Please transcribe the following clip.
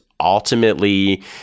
ultimately